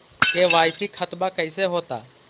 KYC खतबा कैसे होता?